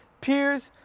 peers